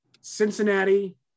Cincinnati